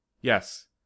yes